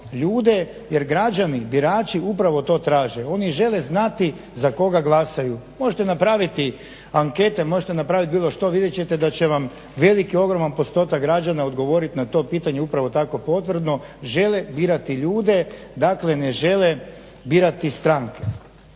jer građani, birači upravo to traže, oni žele znati za koga glasaju. Možete napraviti ankete, možete napraviti bilo što, vidjet ćete da će vam veliki ogroman postotak građana odgovoriti na to pitanje upravo tako potvrdno, žele birati ljude, dakle ne žele birati stranke.